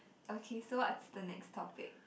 okay so what's the next topic